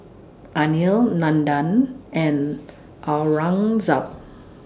Anil Nandan and Aurangzeb